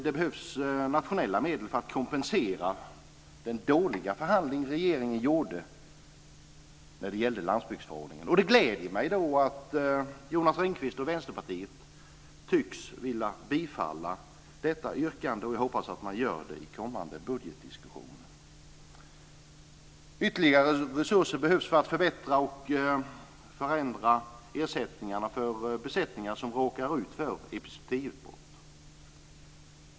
Det behövs nationella medel för att kompensera den dåliga förhandling regeringen gjorde när det gäller landsbygdsförordningen. Det gläder mig att Jonas Ringqvist och Vänsterpartiet tycks vilja bifalla detta yrkande, och jag hoppas att man gör det i kommande budgetdiskussion. Ytterligare resurser behövs för att förbättra och förändra ersättningarna för besättningar som råkar ut för epizootiutbrott.